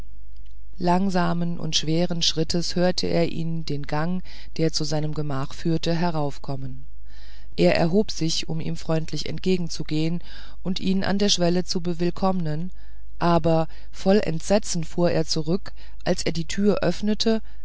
langsamen und schweren schrittes hörte er ihn den gang der zu seinem gemach führte heraufkommen er erhob sich um ihm freundlich entgegenzugehen und ihn an der schwelle zu bewillkommen aber voll entsetzen fuhr er zurück als er die türe öffnete